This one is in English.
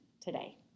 today